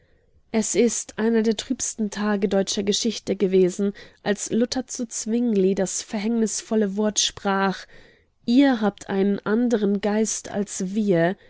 es ist einer der trübsten tage deutscher geschichte gewesen als luther zu zwingli das verhängnisvolle wort sprach ihr habt einen andern geist als wir